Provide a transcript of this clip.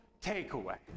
takeaway